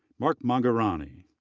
mark magurany,